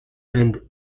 and